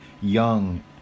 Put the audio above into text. young